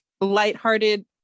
lighthearted